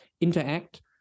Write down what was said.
interact